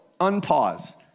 unpause